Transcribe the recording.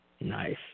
Nice